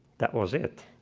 that was it.